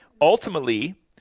Ultimately